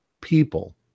people